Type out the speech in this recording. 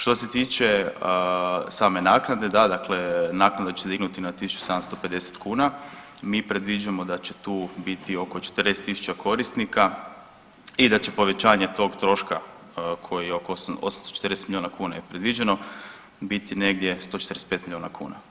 Što se tiče same naknade, da dakle naknada će se dignuti na 1.750 kuna, mi predviđamo da će tu biti oko 40.000 korisnika i da će povećanje tog troška koji je oko 840 milijuna kuna je predviđeno biti negdje 145 milijuna kuna.